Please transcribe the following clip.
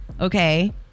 Okay